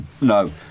No